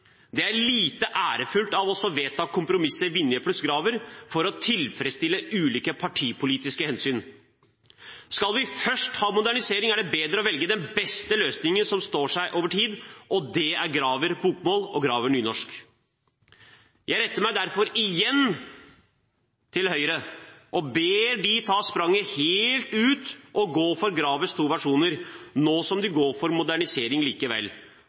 Det er lite ærefullt av oss å vedta kompromisset Vinje pluss Graver for å tilfredsstille ulike partipolitiske hensyn. Skal vi først ha modernisering, er det bedre å velge den beste løsningen som står seg over tid, og det er Graver-bokmål og Graver-nynorsk. Jeg retter meg derfor igjen til Høyre og ber dem ta spranget helt ut og gå inn for Gravers to versjoner, nå som de går inn for modernisering likevel.